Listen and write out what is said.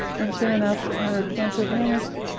and sure enough her cancer vanished.